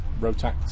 Rotax